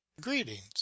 greetings